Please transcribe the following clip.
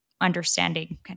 understanding